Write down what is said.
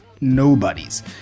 nobodies